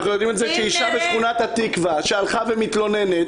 כשאישה בשכונת התקווה שהלכה ומתלוננת,